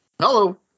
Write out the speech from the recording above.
Hello